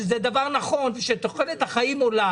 שזה דבר נכון כאשר תוחלת החיים עולה